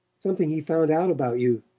something he found out about you